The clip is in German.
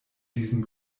diesen